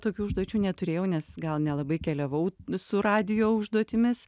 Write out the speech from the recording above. tokių užduočių neturėjau nes gal nelabai keliavau su radijo užduotimis